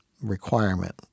requirement